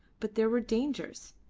but there were dangers.